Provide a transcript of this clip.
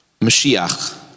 Mashiach